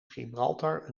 gibraltar